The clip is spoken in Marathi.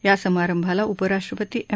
या समारंभाला उपराष्ट्रपती एम